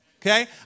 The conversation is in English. Okay